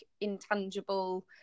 intangible